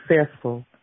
successful